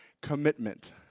commitment